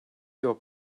yok